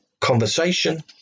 conversation